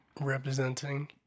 representing